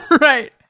Right